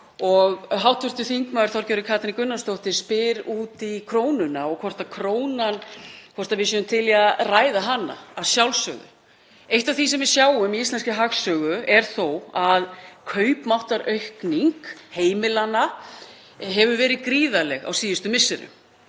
og hv. þm. Þorgerður Katrín Gunnarsdóttir spyr út í krónuna og hvort við séum til í að ræða hana. Að sjálfsögðu. Eitt af því sem við sjáum í íslenskri hagsögu er að kaupmáttaraukning heimilanna hefur verið gríðarleg á síðustu misserum.